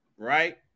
Right